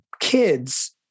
kids